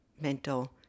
mental